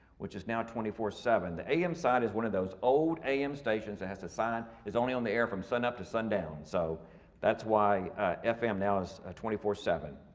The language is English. which is now twenty four, seven. the am side is one of those old am stations that has to sign is only on the air from sunup to sundown. so that's why fm now is a twenty four, seven.